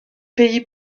pays